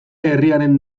herriaren